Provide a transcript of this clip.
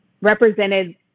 represented